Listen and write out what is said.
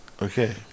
Okay